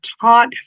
taught